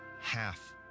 half